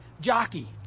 jockey